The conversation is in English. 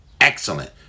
excellent